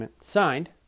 signed